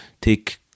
take